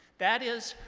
that is,